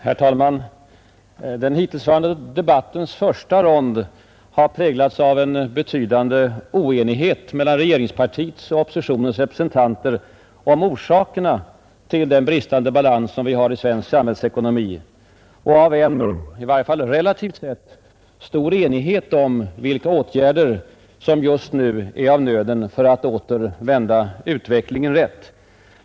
Herr talman! Den hittillsvarande debattens första rond har präglats av en betydande oenighet mellan regeringspartiets och oppositionens representanter om orsakerna till den bristande balans som vi har i svensk samhällsekonomi och av en — i varje fall relativt sett — stor enighet om vilka åtgärder som just nu är av nöden för att åter vända utvecklingen rätt.